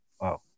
Wow